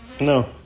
No